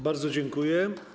Bardzo dziękuję.